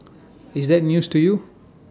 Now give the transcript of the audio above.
is that news to you